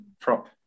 prop